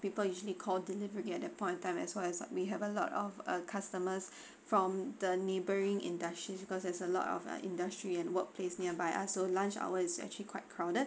people usually call delivery at that point of time as long as we have a lot of uh customers from the neighbouring industries because there's a lot of industry and workplace nearby us so lunch hour is actually quite crowded